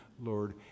Lord